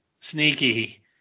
sneaky